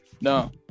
No